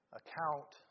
account